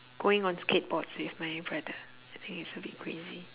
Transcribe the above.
going on skateboards with my brother I think it's a bit crazy